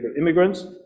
Immigrants